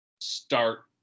start